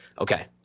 Okay